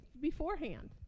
beforehand